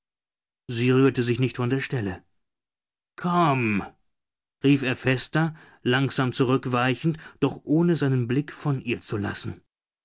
sie rührte sich nicht von der stelle komm rief er fester langsam zurückweichend doch ohne seinen blick von ihr zu lassen